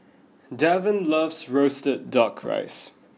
Devan loves roasted duck rice